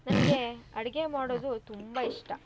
ನನಗೆ ಅಡುಗೆ ಮಾಡೋದು ತುಂಬ ಇಷ್ಟ